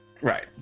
Right